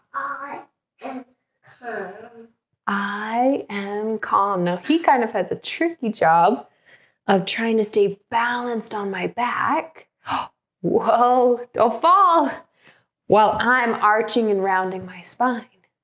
i i am calm now if he kind of has a tricky job of trying to stay balanced on my back whoa, don't fall while, i'm arching and rounding my spine